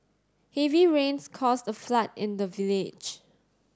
heavy rains caused a flood in the village